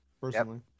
personally